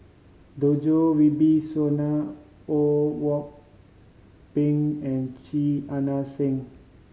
Djoko Wibisono Ho Kwon Ping and Chia Ann Siang